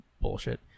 bullshit